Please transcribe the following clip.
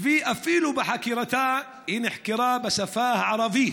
אפילו בחקירתה היא נחקרה בשפה הערבית,